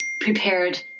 prepared